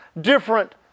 different